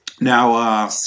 Now